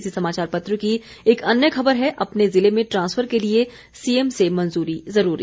इसी समाचार पत्र की एक अन्य खबर है अपने जिले में ट्रांसफर के लिए सीएम से मंजूरी जरूरी